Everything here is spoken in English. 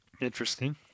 interesting